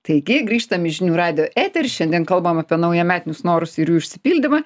taigi grįžtam į žinių radijo eterį šiandien kalbam apie naujametinius norus ir jų išsipildymą